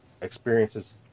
experiences